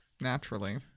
Naturally